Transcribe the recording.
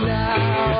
now